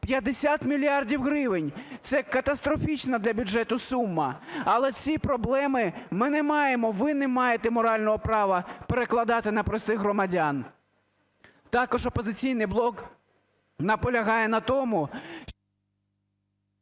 50 мільярдів гривень – це катастрофічна для бюджету сума. Але ці проблеми ми не маємо, ви не маєте морального права перекладати на простих громадян. Також "Опозиційний блок" наполягає на тому…